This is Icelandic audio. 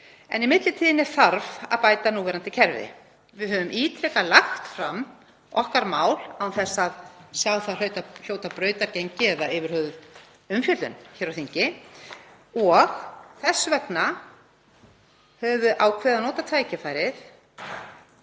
Í millitíðinni þarf að bæta núverandi kerfi. Við höfum ítrekað lagt fram okkar mál án þess að sjá það hljóta brautargengi eða yfir höfuð umfjöllun hér á þingi og þess vegna höfum við ákveðið að nota tækifærið